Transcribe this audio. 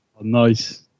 nice